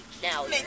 now